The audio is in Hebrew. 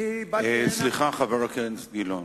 סליחה, חבר הכנסת גילאון.